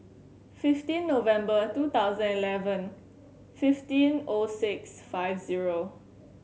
fifteen November two thousand eleven fifteen O six five zero